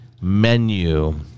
menu